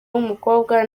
wumukobwa